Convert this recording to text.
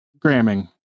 programming